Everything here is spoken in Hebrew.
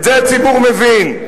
את זה הציבור מבין.